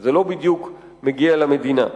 וזה לא בדיוק מגיע למדינה,